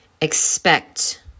expect